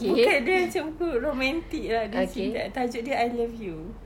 bukan dia macam buku romantic lah ida cakap tajuk dia I love you